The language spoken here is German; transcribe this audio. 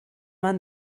man